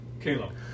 Caleb